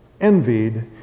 envied